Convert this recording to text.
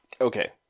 Okay